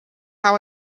how